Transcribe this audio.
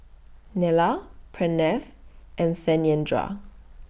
Neila Pranav and Satyendra